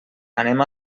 anem